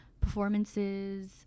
performances